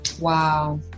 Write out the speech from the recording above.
Wow